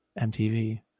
MTV